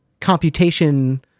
computation